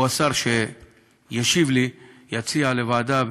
או שהשר שישיב לי יציע להעביר לוועדה,